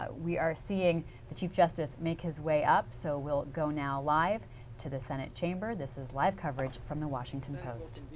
um we are seeing the chief justice make his way up. so we'll go now live to the senate chamber, this is live coverage from the washington post.